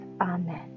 Amen